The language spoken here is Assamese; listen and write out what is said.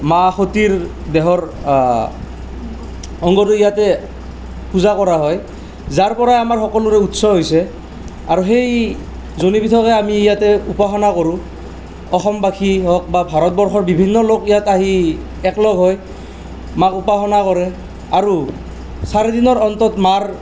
মা সতীৰ দেহৰ অংগৰো ইয়াতে পূজা কৰা হয় যাৰ পৰাই আমাৰ সকলোৰে উৎস হৈছে আৰু সেই যোনি পীঠকেই আমি ইয়াতে উপাসনা কৰোঁ অসমবাসী হওক বা ভাৰতবৰ্ষৰ বিভিন্ন লোক ইয়াত আহি একলগ হয় মাক উপাসনা কৰে আৰু চাৰি দিনৰ অন্তত মাৰ